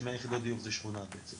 ש- 100 יחידות דיור זה שכונה בעצם.